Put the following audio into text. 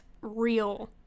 real